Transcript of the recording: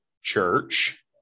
Church